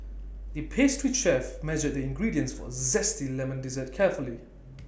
the pastry chef measured the ingredients for A Zesty Lemon Dessert carefully